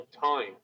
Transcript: time